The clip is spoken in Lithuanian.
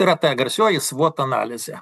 yra ta garsioji svot analizė